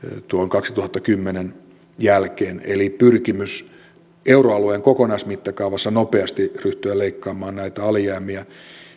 kaksituhattakymmenen jälkeen eli pyrkimys ryhtyä euroalueen kokonaismittakaavassa nopeasti leikkaamaan näitä alijäämiä